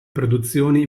produzioni